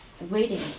waiting